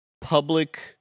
public